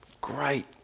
Great